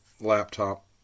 laptop